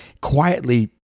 quietly